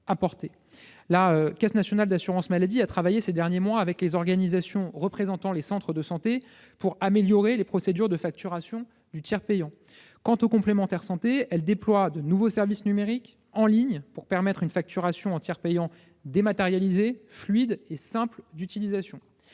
apportées. La Caisse nationale de l'assurance maladie a travaillé au cours des derniers mois avec les organisations représentant les centres de santé pour améliorer les procédures de facturation et de tiers payant. Quant aux complémentaires santé, elles déploient de nouveaux services numériques en ligne pour permettre une facturation en tiers payant dématérialisée, fluide et simple d'utilisation.